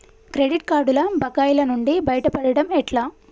Credit కార్డుల బకాయిల నుండి బయటపడటం ఎట్లా?